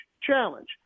challenge